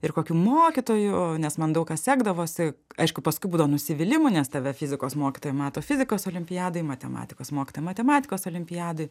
ir kokių mokytojų nes man daug kas sekdavosi aišku paskui būdavo nusivylimų nes tave fizikos mokytoją mato fizikos olimpiadoj matematikos mokytoja matematikos olimpiadoj